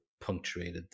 punctuated